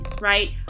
right